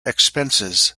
expenses